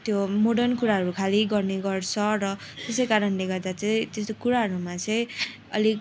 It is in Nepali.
त्यो मोडर्न कुराहरू खालि गर्ने गर्छ र त्यसै कारणले गर्दा चाहिँ त्यस्तो कुराहरूमा चाहिँ अलिक